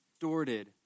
distorted